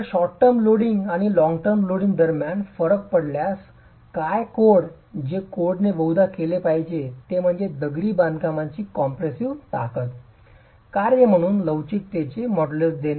तर short term loading आणि long term loading दरम्यान फरक असल्यास काय कोड जे कोडने बहुधा केले पाहिजे ते म्हणजे दगडी बांधकामाची कॉम्प्रेसिव्ह ताकदीचे कार्य म्हणून लवचिकतेचे मॉड्यूलस देणे